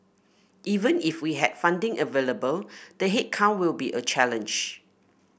even if we had funding available the headcount will be a challenge